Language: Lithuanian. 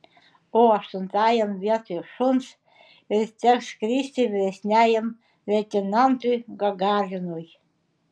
o aštuntajam vietoj šuns ir teks skristi vyresniajam leitenantui gagarinui